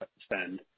spend